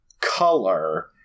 color